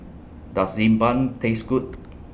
Does Xi Ban Taste Good